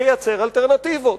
תייצר אלטרנטיבות.